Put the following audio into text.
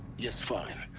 yes, fine.